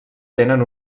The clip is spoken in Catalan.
tenen